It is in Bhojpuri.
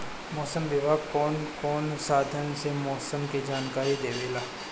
मौसम विभाग कौन कौने साधन से मोसम के जानकारी देवेला?